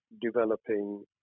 developing